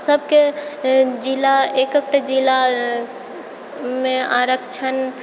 सबके जिला एकहकटा जिलामे आरक्षण